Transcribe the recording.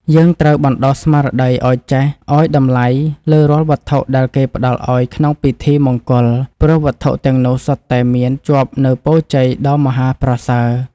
យើងត្រូវបណ្តុះស្មារតីឱ្យចេះឱ្យតម្លៃលើរាល់វត្ថុដែលគេផ្តល់ឱ្យក្នុងពិធីមង្គល ព្រោះវត្ថុទាំងនោះសុទ្ធតែមានជាប់នូវពរជ័យដ៏មហាប្រសើរ។